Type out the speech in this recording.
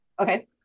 Okay